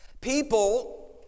people